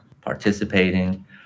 participating